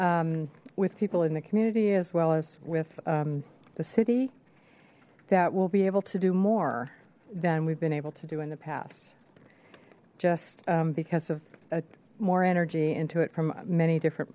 with people in the community as well as with the city that we'll be able to do more than we've been able to do in the past just because of a more energy into it from many different